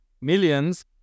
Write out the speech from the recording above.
millions